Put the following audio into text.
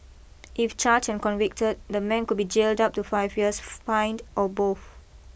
if charged and convicted the man could be jailed up to five years fined or both